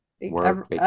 work